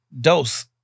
dose